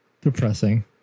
depressing